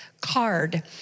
card